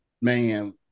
man